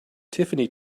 tiffany